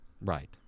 Right